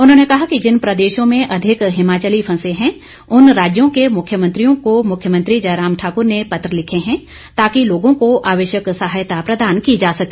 उन्होंने कहा कि जिन प्रदेशों में अधिक हिमाचली फंसे हैं उन राज्यों के मुख्यमंत्रियों को मुख्यमंत्री जयराम ठाकुर ने पत्र लिखे हैं ताकि लोगों को आवश्यक सहायता प्रदान की जा सके